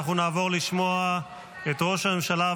אנחנו נעבור לשמוע את ראש הממשלה,